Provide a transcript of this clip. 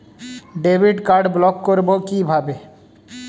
Debit card block করব কিভাবে?